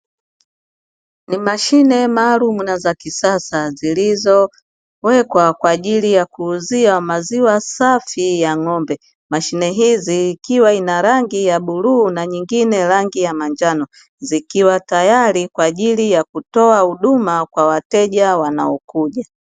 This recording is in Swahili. Ni mashine malalumu na za kisasa zilizowekwa kwa ajili ya kuuzia maziwa safi ya ng'ombe, mashine hizi ikiwa na rangi ya buluu na nyingine rangi ya manjano, zikiwa taayri kwa ajili ya kutoa huduma kwa wateja wanaokuja.